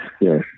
yes